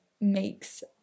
makes